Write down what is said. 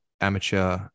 amateur